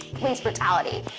police brutality.